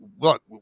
look